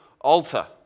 altar